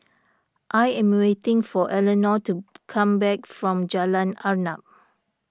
I am waiting for Eleanore to come back from Jalan Arnap